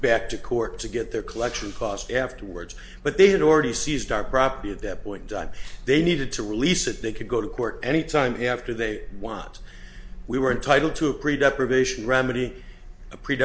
back to court to get their collection cost afterwards but they had already seized our property at that point don they needed to release it they could go to court any time after they want we were entitled to a pre death probation remedy a pre